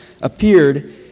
appeared